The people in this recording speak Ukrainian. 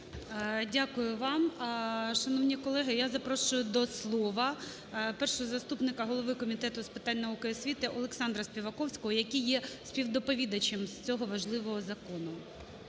Дякую вам. Шановні колеги, я запрошую до слова першого заступника голови Комітету з питань науки і освіти Олександра Співаковського, який є співдоповідачем з цього важливого закону.